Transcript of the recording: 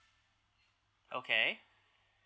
okay